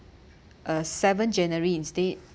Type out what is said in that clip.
uh seven january instead